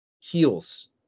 heals